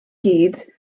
gyd